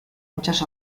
muchas